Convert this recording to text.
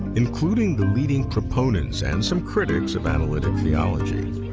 including the leading proponents and some critics of analytic theology.